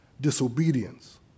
disobedience